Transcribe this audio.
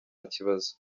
kibazo